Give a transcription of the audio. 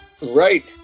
Right